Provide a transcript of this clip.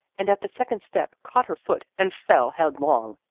and at the second step caught her foot and fell headlong.